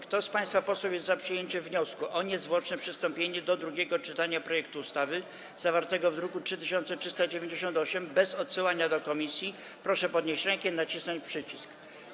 Kto z państwa posłów jest za przyjęciem wniosku o niezwłoczne przystąpienie do drugiego czytania projektu ustawy zawartego w druku nr 3398 bez odsyłania do komisji, proszę podnieść rękę i nacisnąć przycisk.